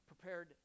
prepared